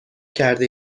کرده